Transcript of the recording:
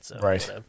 Right